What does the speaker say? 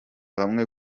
hamwe